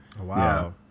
Wow